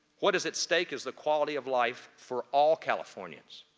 what is at stake is the quality of life for all californians.